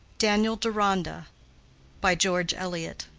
daniel deronda by george eliot